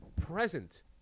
present